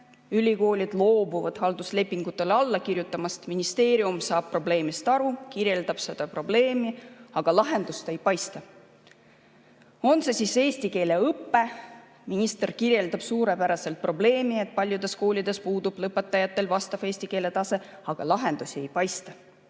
ülikoolid loobuvad halduslepingutele alla kirjutamast, ministeerium saab probleemist aru, kirjeldab seda probleemi, aga lahendust ei paista. On see eesti keele õpe: minister kirjeldab suurepäraselt probleemi, et paljudes koolides puudub lõpetajatel vastav eesti keele tase, aga lahendusi ei paista.